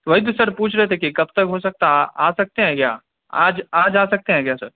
وہی تو سر پوچھ رہے تھے کہ کب تک ہو سکتا ہے آ آ سکتے ہیں کیا آج آج آ سکتے ہیں کیا سر